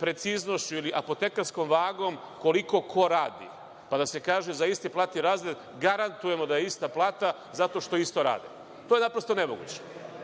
preciznošću ili apotekarskom vagom koliko ko radi, pa da se kaže za isti platni razred - garantujemo da je ista plata zato što isto rade. To je naprosto nemoguće. Naravno